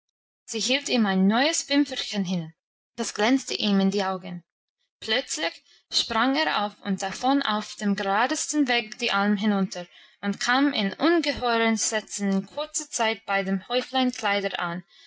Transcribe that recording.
sie hielt ihm ein neues fünferchen hin das glänzte ihm in die augen plötzlich sprang er auf und davon auf dem geradesten weg die alm hinunter und kam in ungeheuren sätzen in kurzer zeit bei dem häuflein kleider an